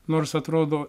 nors atrodo